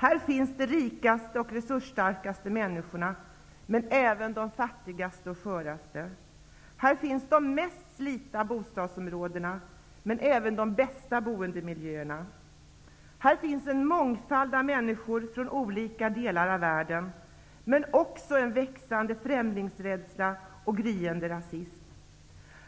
Här finns de rikaste och resursstarkaste människorna, men även de fattigaste och sköraste. Här finns de mest slitna bostadsområdena, men även de bästa boendemiljöerna. Här finns en mångfald människor från olika delar av världen, men också en växande främlingsrädsla och gryende rasism.